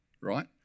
right